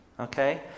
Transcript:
okay